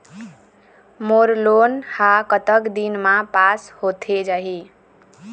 मोर loan हा कतक दिन मा पास होथे जाही?